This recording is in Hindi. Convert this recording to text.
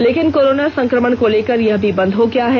लेकिन कोरोना संक्रमण को लेकर यह भी बंद हो गया है